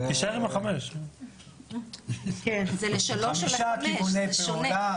חמישה כיווני פעולה,